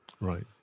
Right